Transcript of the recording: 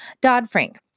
Dodd-Frank